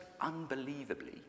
unbelievably